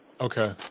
Okay